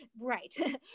Right